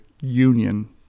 union